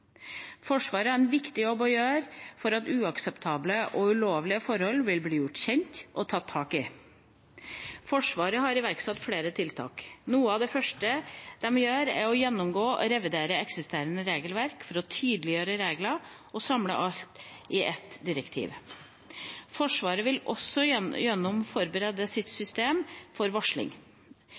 Forsvaret har en viktig jobb å gjøre for at uakseptable og ulovlige forhold blir gjort kjent, og at de blir tatt tak i. Forsvaret har iverksatt flere tiltak. Noe av det første de vil gjøre, er å gjennomgå og revidere eksisterende regelverk for å tydeliggjøre regler og samle disse i ett direktiv. Forsvaret vil også gå gjennom og forbedre sitt system for varsling.